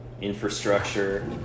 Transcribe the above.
infrastructure